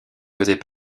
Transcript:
faisait